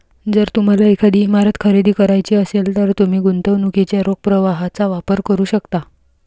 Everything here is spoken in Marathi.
जर तुम्हाला एखादी इमारत खरेदी करायची असेल, तर तुम्ही गुंतवणुकीच्या रोख प्रवाहाचा वापर करू शकता